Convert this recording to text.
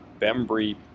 Bembry